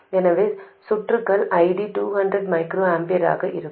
எனவே சுற்றுகள் ID 200 μA ஆக இருக்கும்